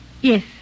Yes